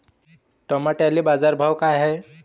टमाट्याले बाजारभाव काय हाय?